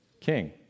king